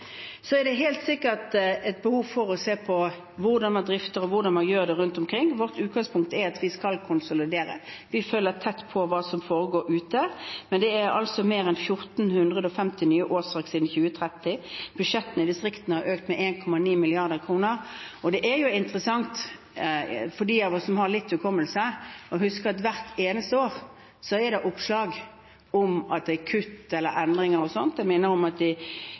er helt sikkert behov for å se på hvordan man drifter og hvordan man gjør det rundt omkring. Vårt utgangspunkt er at vi skal konsolidere, vi følger tett opp hva som foregår ute. Det er altså mer enn 1 450 nye årsverk siden 2013, budsjettene i distriktene har økt med 1,9 mrd. kr. Og det er jo interessant for dem av oss som har litt hukommelse, å huske at hvert eneste år er det oppslag om kutt eller endringer. Jeg minner om at